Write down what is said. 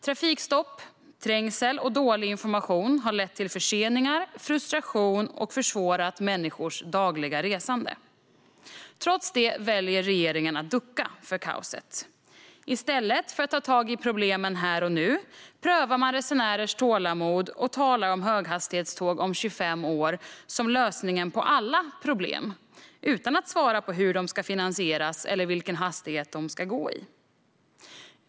Trafikstopp, trängsel och dålig information har lett till förseningar och frustration och försvårat människors dagliga resande. Trots detta väljer regeringen att ducka för kaoset. I stället för att ta tag i problemen här och nu prövar man resenärers tålamod och talar om höghastighetståg om 25 år som lösningen på alla problem, utan att svara på hur dessa ska finansieras eller vilken hastighet de ska gå i.